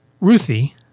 Ruthie